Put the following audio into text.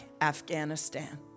Afghanistan